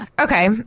Okay